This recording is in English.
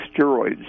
steroids